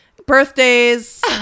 birthdays